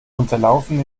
unterlaufen